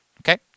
Okay